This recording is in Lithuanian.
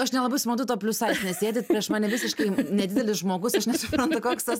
aš nelabai suprantu to plius saiz nes sėdit prieš mane visiškai nedidelis žmogus aš nesuprantu koks tas